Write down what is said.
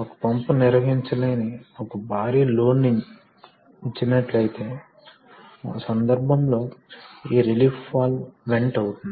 అందువల్ల ఒకదానికొకటి కదిలే చాలా ఖచ్చితమైన పరిమాణాల భాగాలు అవసరం కాబట్టి ఫ్రిక్షన్ ఉండాలి లేకపోతే ద్రవం బయటకు లీక్ అవుతుంది